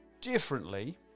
differently